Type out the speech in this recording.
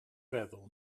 feddwl